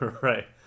Right